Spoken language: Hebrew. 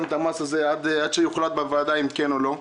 את המס הזה עד שיוחלט בוועדה אם כן או לא.